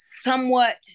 somewhat